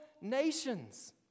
nations